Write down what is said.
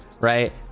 right